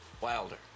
Wilder